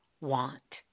want